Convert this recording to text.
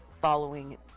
following